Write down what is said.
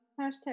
hashtag